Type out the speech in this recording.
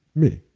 me,